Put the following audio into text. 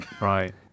Right